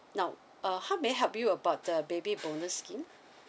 now uh how may I help you about the baby bonus scheme